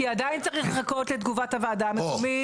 כי עדיין צריך לחכות לתגובת הוועדה מקומית.